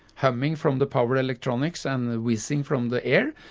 humming from the power electronics and the whizzing from the air.